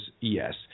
yes